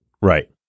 Right